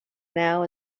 now